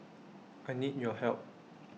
I need your help